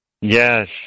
Yes